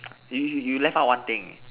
you you you left out one thing